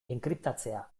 enkriptatzea